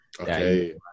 okay